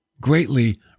greatly